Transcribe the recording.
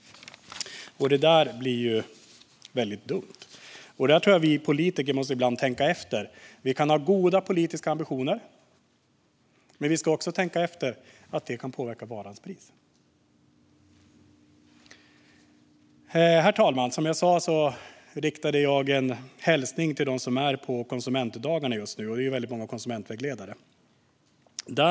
Det där blir väldigt dumt. Jag tror att vi politiker ibland måste tänka efter. Vi kan ha goda politiska ambitioner, men vi ska också tänka på att det kan påverka varans pris. Herr talman! Som jag sa riktade jag en hälsning till de väldigt många konsumentvägledare som just nu är på Konsumentdagarna.